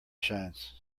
shines